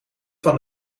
van